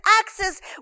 access